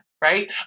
Right